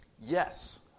Yes